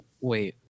Wait